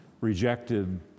rejected